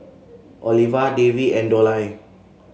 Oliva Davey and Dollye